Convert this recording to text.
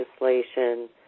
legislation